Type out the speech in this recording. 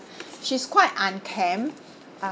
she's quite unkempt uh